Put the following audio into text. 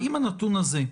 האם הנתון הזה,